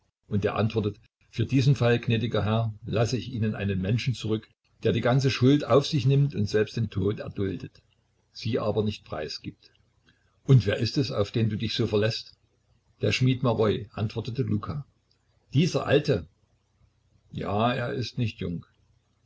und er antwortete für diesen fall gnädiger herr lasse ich ihnen einen menschen zurück der wenn ich nicht eintreffe die ganze schuld auf sich nimmt und selbst den tod erduldet sie aber nicht preisgibt und wer ist es auf den du dich so verläßt der schmied maroi antwortete luka dieser alte ja er ist nicht jung